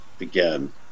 again